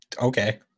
Okay